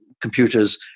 Computers